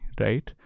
right